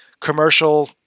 commercial